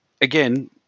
again